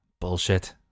Bullshit